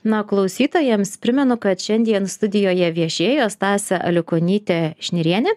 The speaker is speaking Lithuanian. na klausytojams primenu kad šiandien studijoje viešėjo stasė aliukonytė šnirienė